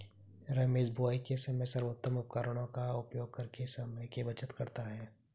रमेश बुवाई के समय सर्वोत्तम उपकरणों का उपयोग करके समय की बचत करता है